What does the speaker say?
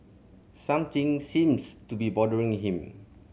something seems to be bothering him